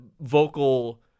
vocal